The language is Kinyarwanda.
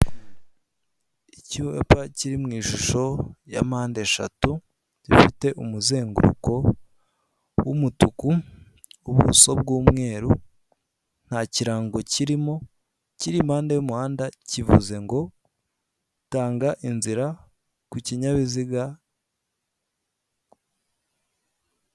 Icyapa kiri mw'ishusho ya mpande eshatu, gifite umuzenguruko w'umutuku, ubuso bw'umweru, nta kirango kirimo, kiri impande y'umuhanda. kivuze ngo tanga inzira ku kinyabiziga.